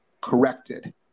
corrected